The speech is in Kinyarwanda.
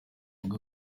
ave